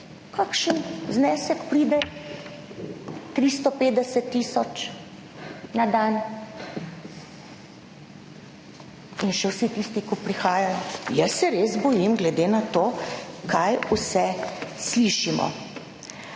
kakšen znesek pride? 350 tisoč na dan in še vsi tisti, ki prihajajo. Jaz se res bojim glede na to, kaj vse slišimo.